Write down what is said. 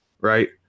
right